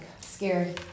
Scary